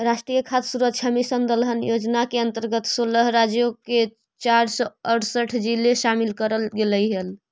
राष्ट्रीय खाद्य सुरक्षा मिशन दलहन योजना के अंतर्गत सोलह राज्यों के चार सौ अरसठ जिले शामिल करल गईल हई